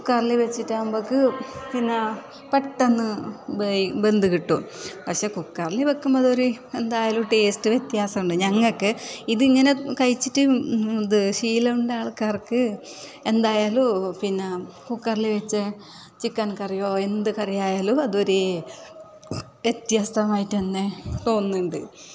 കുക്കറില് വെച്ചിട്ടാകുമ്പഴേക്ക് പിന്നെ പെട്ടന്ന് വേവി വെന്ത് കിട്ടും പക്ഷെ കുക്കറില് വെക്കുമ്പം അതൊരു എന്തായാലും ടേസ്റ്റ് വ്യത്യാസമുണ്ട് ഞങ്ങൾക്ക് ഇതിങ്ങനെ കഴിച്ചിട്ട് ഇത് ശീലമുണ്ടായിട്ടുള്ള ആൾക്കാർക്ക് എന്തായാലും പിന്നെ കുക്കറില് വെച്ച ചിക്കൻ കറിയോ എന്ത് കറിയായാലും അതൊര് വ്യത്യാസമായിട്ട് തന്നെ തോന്നുന്നുണ്ട്